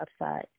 upside